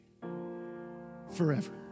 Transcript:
forever